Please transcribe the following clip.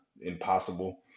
impossible